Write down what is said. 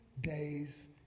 days